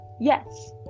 yes